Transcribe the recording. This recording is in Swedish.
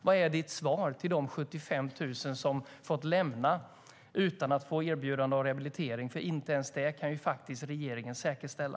Vad är ditt svar till de 75 000 som har fått lämna utan att få erbjudande om rehabilitering? Inte ens det kan regeringen säkerställa.